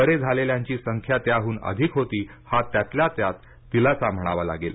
बरे झालेल्यांची संख्या त्याहून अधिक होती हा त्यातल्या त्यात दिलासा म्हणावा लागेल